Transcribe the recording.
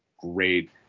great